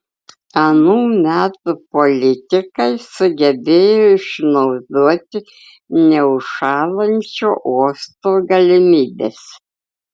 anų metų politikai sugebėjo išnaudoti neužšąlančio uosto galimybes